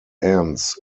enz